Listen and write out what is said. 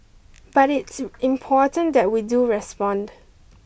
but it's important that we do respond